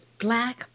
black